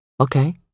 Okay